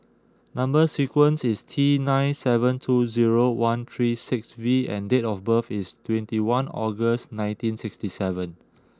number sequence is T nine seven two zero one three six V and date of birth is twenty one August nineteen sixty seven